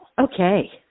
Okay